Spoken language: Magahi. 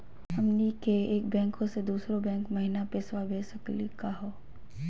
हमनी के एक बैंको स दुसरो बैंको महिना पैसवा भेज सकली का हो?